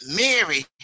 Mary